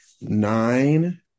nine